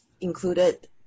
included